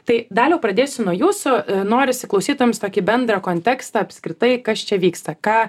tai daliau pradėsiu nuo jūsų norisi klausytojams tokį bendrą kontekstą apskritai kas čia vyksta ką